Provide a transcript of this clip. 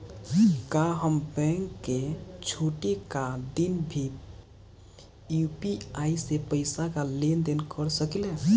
का हम बैंक के छुट्टी का दिन भी यू.पी.आई से पैसे का लेनदेन कर सकीले?